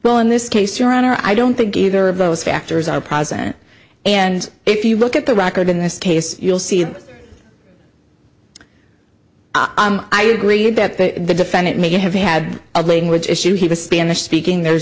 well in this case your honor i don't think either of those factors are present and if you look at the record in this case you'll see if i agreed that the defendant may have had a language issue he was spanish speaking there's